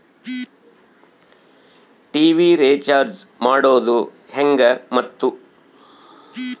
TV recharge ಮಾಡೋದು ಹೆಂಗ ಮತ್ತು?